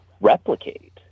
replicate